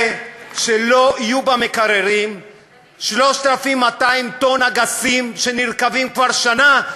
זה שלא יהיו במקררים 3,200 טון אגסים שנרקבים כבר שנה,